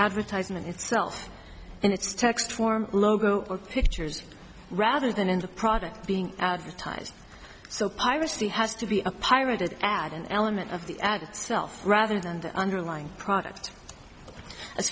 advertisement itself and its text form logo or pictures rather than in the product being advertised so piracy has to be a pirated add an element of the ad itself rather than the underlying product as